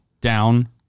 down